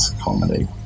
comedy